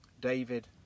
David